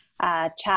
chat